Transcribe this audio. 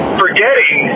forgetting